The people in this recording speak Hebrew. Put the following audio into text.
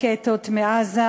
רקטות מעזה,